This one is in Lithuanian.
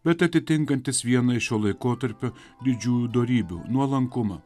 bet atitinkantis vieną iš šio laikotarpio didžiųjų dorybių nuolankumą